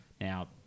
now